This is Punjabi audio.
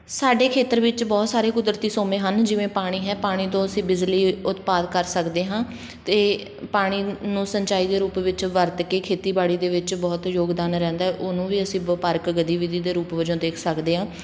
ਸਾਡੇ ਖੇਤਰ ਵਿੱਚ ਬਹੁਤ ਸਾਰੇ ਕੁਦਰਤੀ ਸੋਮੇ ਹਨ ਜਿਵੇਂ ਪਾਣੀ ਹੈ ਪਾਣੀ ਤੋਂ ਅਸੀਂ ਬਿਜਲੀ ਉਤਪਾਦ ਕਰ ਸਕਦੇ ਹਾਂ ਅਤੇ ਪਾਣੀ ਨੂੰ ਸਿੰਚਾਈ ਦੇ ਰੂਪ ਵਿੱਚ ਵਰਤ ਕੇ ਖੇਤੀਬਾੜੀ ਦੇ ਵਿੱਚ ਬਹੁਤ ਯੋਗਦਾਨ ਰਹਿੰਦਾ ਉਹਨੂੰ ਵੀ ਅਸੀਂ ਵਪਾਰਕ ਗਤੀਵਿਧੀ ਦੇ ਰੂਪ ਵਜੋਂ ਦੇਖ ਸਕਦੇ ਹਾਂ